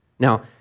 Now